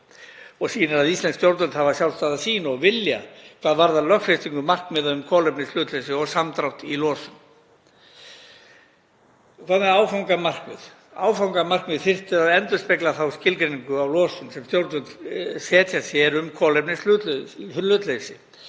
og sýnir að íslensk stjórnvöld hafa sjálfstæða sýn og vilja hvað varðar lögfestingu markmiða um kolefnishlutleysi og samdrátt í losun. Hvað með áfangamarkmið? Þau þyrftu að endurspegla þá skilgreiningu á losun sem stjórnvöld setja sér um kolefnishlutleysi